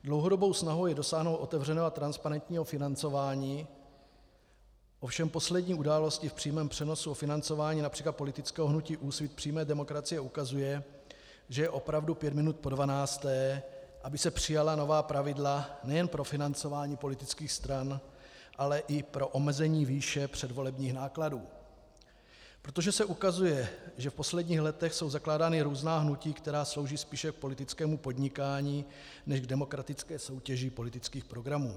Dlouhodobou snahou je dosáhnout otevřeného, transparentního financování, ovšem poslední událost v přímém přenosu o financování například politického hnutí Úsvit přímé demokracie ukazuje, že je opravdu pět minut po dvanácté, aby se přijala nová pravidla nejen pro financování politických stran, ale i pro omezení výše předvolebních nákladů, protože se ukazuje, že v posledních letech jsou zakládána různá hnutí, která slouží spíše politickému podnikání než demokratické soutěži politických programů.